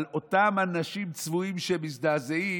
אבל אותם אנשים צבועים שמזדעזעים,